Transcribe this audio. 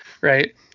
right